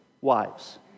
wives